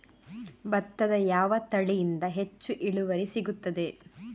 ಭತ್ತದ ಯಾವ ತಳಿಯಿಂದ ಹೆಚ್ಚು ಇಳುವರಿ ಸಿಗುತ್ತದೆ?